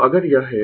तो अगर यह है